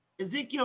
Ezekiel